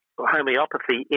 Homeopathy